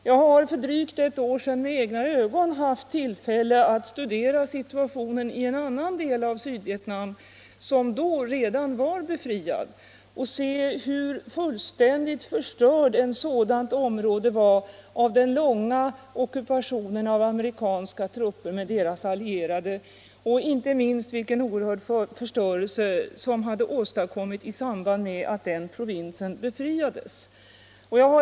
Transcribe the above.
Jag har för drygt ett år sedan med egna ögon haft tillfälle att studera 167 Republiken Sydvietnams provisoriska revolutionära regering situationen i en annan del av Sydvietnam, som då redan var befriad, och se hur fullständigt förstört ett sådant område var av den långa ockupationen av amerikanska trupper och deras allierade och inte minst vilken oerhörd förstörelse som hade åstadkommits i samband med att den provinsen hade befriats.